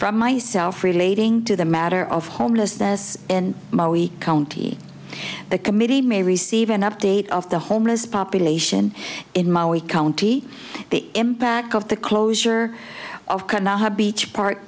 from myself relating to the matter of homelessness in county the committee may receive an update of the homeless population in maui county the impact of the closure of kandahar beach par